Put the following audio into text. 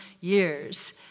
years